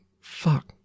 fuck